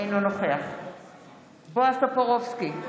אינו נוכח בועז טופורובסקי,